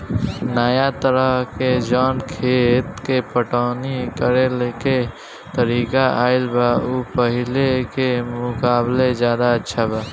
नाया तरह के जवन खेत के पटवनी करेके तरीका आईल बा उ पाहिले के मुकाबले ज्यादा अच्छा बा